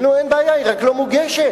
אין בעיה, היא רק לא מוגשת,